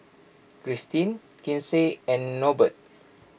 Kristine Kinsey and Norbert